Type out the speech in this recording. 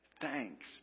thanks